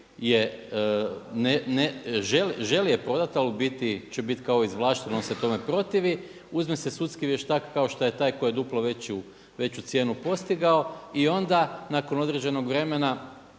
ali je u biti će biti kao izvlašten, on se tome protivi. Uzme se sudski vještak kao šta je taj koji je duplo veću cijenu postigao i onda nakon određenog vremena